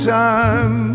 time